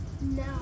no